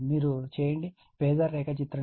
మీరు చేయండి ఫేజార్ రేఖాచిత్రం ను గీయండి